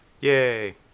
yay